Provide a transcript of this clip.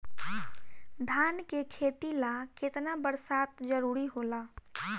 धान के खेती ला केतना बरसात जरूरी होला?